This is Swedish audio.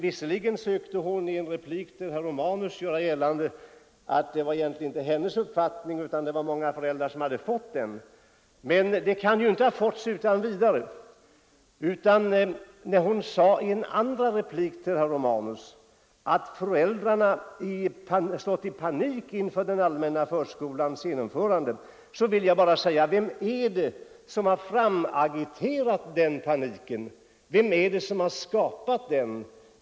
Visserligen sökte fru Sundberg i en replik till herr Romanus göra gällande att detta egentligen inte var hennes uppfattning utan det var många föräldrar som hade fått den. Men de kan ju inte ha fått den uppfattningen utan vidare. Med anledning av vad fru Sundberg yttrade i en andra replik till herr Romanus om att föräldrar råkat i panik inför den allmänna förskolans genomförande vill jag bara fråga: Vem är det som har framagiterat den paniken? Vem är det som har skapat den?